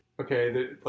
okay